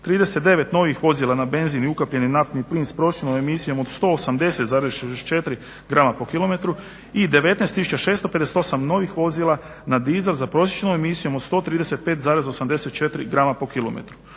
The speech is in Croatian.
39 novih vozila na benzin i ukapljeni naftni plin s prosječnom emisijom od 180,64 g/km i 19658 novih vozila na dizel sa prosječnom emisijom od 135,84 g/km.